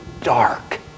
dark